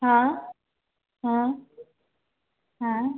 हाँ हाँ हाँ